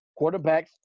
quarterbacks